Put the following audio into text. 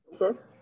okay